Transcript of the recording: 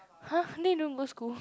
!huh! then you don't go school